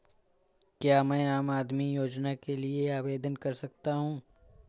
क्या मैं आम आदमी योजना के लिए आवेदन कर सकता हूँ?